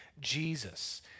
Jesus